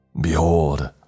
Behold